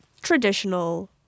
traditional